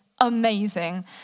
amazing